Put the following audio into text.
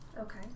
Okay